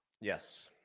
Yes